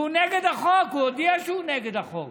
והוא נגד החוק, הוא הודיע שהוא נגד החוק.